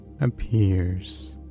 appears